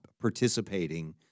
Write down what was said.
participating